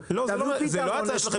לא הבנת את השאלה,